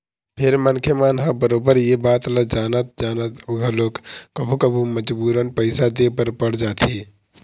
फेर मनखे मन ह बरोबर ये बात ल जानत जानत घलोक कभू कभू मजबूरन पइसा दे बर पड़ जाथे